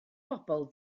bobol